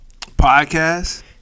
Podcast